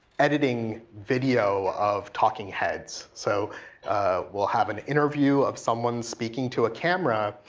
editing video of talking heads. so we'll have an interview of someone speaking to a camera.